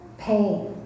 pain